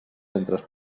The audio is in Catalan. centres